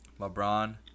LeBron